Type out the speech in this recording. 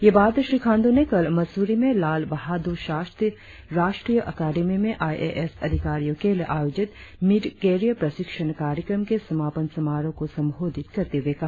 ये बात श्री खाण्ड्र ने कल मसूरी में लाल बहादूर शास्त्री राष्ट्रीय अकादमी में आइ ए एस अधिकारियों के लिए आयोजित मिड केरियर प्रशिक्षण कार्यक्रम के समापन समारोह को संबोधित करते हुए कहा